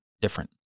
different